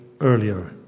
earlier